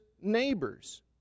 neighbors